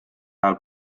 ajal